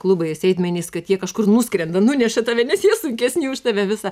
klubai sėdmenys kad jie kažkur nuskrenda nuneša tave nes jie sunkesni už tave visą